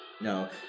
No